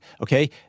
okay